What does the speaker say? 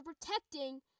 protecting